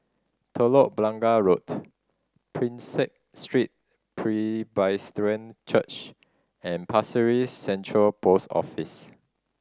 Telok Blangah Road Prinsep Street Presbyterian Church and Pasir Central Post Office